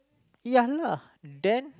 ya lah then